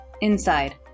Inside